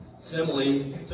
Similarly